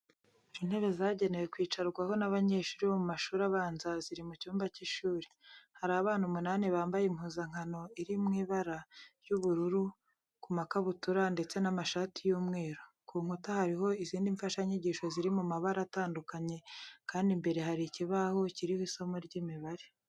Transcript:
Intebe zagenewe kwicarwaho n'abanyeshuri bo mu mashuri abanza ziri mu cyumba cy'ishuri. Hari abana umunani bambaye impuzankano iri mu ibara ry'ubururu ku makabutura ndetse n'amashati y'umweru. Ku nkuta hariho izindi mfashanyigisho ziri mu mabara atandukanye kandi imbere hari ikibaho kiriho isomo ry'imibare.